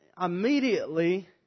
immediately